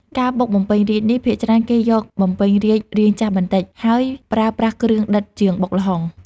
ការបុកបំពេញរាជ្យនេះ ភាគច្រើនគេយកបំពេញរាជ្យរាងចាស់បន្តិច ហើយប្រើប្រាស់គ្រឿងដិតជាងបុកល្ហុង។